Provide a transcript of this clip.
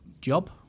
job